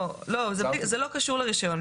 זה לא קשור לרישיון.